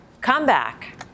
comeback